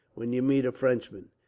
when you meet a frenchman.